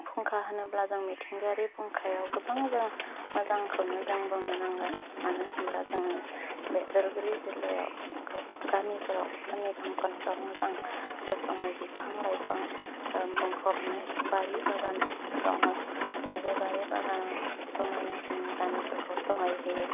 फुंखा होनोब्ला जों मिथिंगायारि फुंखायाव गोबां जों मोजांखौनो जों बुंनो नांगोन मानो होनोब्ला जों बे उदालगुरि जिल्लायाव गामिफोराव मोजां रोखोमै बिफां लाइफां बुंफबनाय बारि बागान दङ बे बारि बागान समायना जोंनि गामिफोरखौ समायहोयो